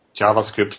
JavaScript